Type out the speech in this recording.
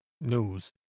News